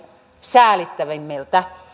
säälittävämmiltä